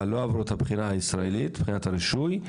אבל לא עברו את הבחינה הישראלית מבחינת הרישוי,